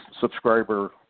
subscriber